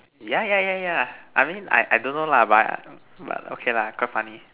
yeah yeah yeah yeah I mean I I don't know lah but but okay lah quite funny